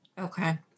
Okay